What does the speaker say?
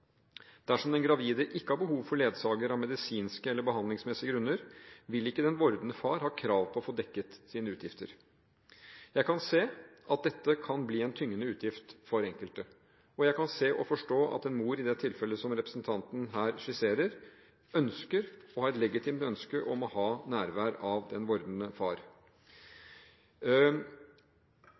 Dersom den gravide ikke har behov for ledsager av medisinske eller behandlingsmessige grunner, vil ikke den vordende far ha krav på å få dekket sine utgifter. Jeg kan se at dette kan bli en tyngende utgift for enkelte, og jeg kan se og forstå at en mor – i det tilfellet som representanten her skisserer – har et legitimt ønske om å ha nærvær av den vordende far.